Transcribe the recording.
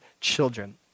children